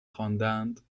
خواندند